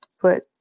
Put